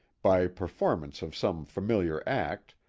by performance of some familiar act,